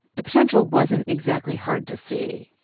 the potential wasn't exactly hard to see.